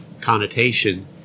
connotation